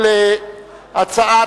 אני קובע שהצעת